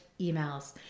emails